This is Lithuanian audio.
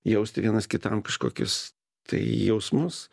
jausti vienas kitam kažkokius tai jausmus